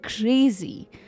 crazy